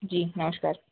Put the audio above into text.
जी नमस्कार